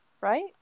Right